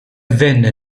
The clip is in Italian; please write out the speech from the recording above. venne